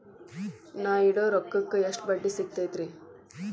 ನಾ ಇಡೋ ರೊಕ್ಕಕ್ ಎಷ್ಟ ಬಡ್ಡಿ ಸಿಕ್ತೈತ್ರಿ?